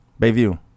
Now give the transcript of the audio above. Bayview